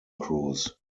crews